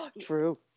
True